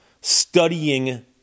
studying